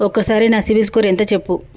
ఒక్కసారి నా CIBIL score ఎంత చెప్పు?